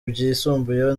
byisumbuyeho